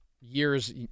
years